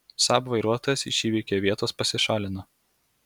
saab vairuotojas iš įvykio vietos pasišalino